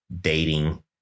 dating